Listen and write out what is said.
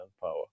power